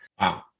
Wow